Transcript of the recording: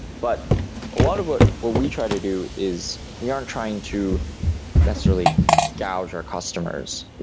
but a lot of what what we try to do is we aren't trying to necessarily gouge or customers,